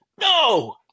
No